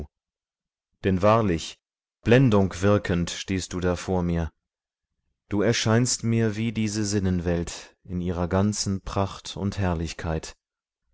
denn wahrlich blendung wirkend stehst du da vor mir du erscheinst mir wie diese sinnenwelt in ihrer ganzen pracht und herrlichkeit